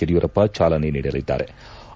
ಯಡಿಯೂರಪ್ಪ ಚಾಲನೆ ನೀಡಲಿದ್ಲಾರೆ